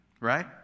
right